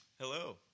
Hello